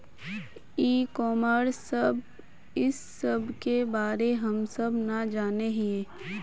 ई commerce इस सब के बारे हम सब ना जाने हीये?